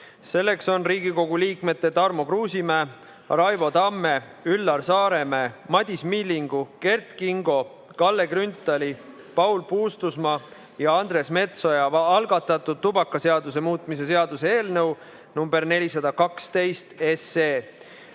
Selleks on Riigikogu liikmete Tarmo Kruusimäe, Raivo Tamme, Üllar Saaremäe, Madis Millingu, Kert Kingo, Kalle Grünthali, Paul Puustusmaa ja Andres Metsoja algatatud tubakaseaduse muutmise seaduse eelnõu 412.